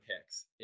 picks